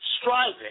striving